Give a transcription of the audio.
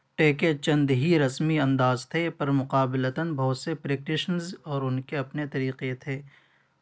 ٹے کے چند ہی رسمی انداز تھے پر مقابلتاََ بہت سے پریکٹشنرز اور ان کے اپنے طریقے تھے